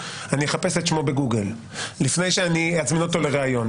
אני אחפש את שמו בגוגל לפני שאני אזמין אותו לריאיון.